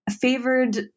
favored